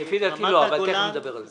לפי דעתי לא, אבל תכף נדבר על זה.